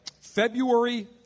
February